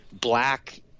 black